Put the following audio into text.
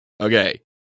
Okay